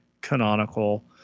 canonical